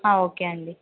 okay అండి